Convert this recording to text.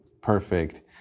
perfect